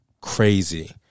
Crazy